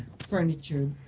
furniture.